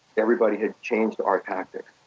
everybody had changed to our tactic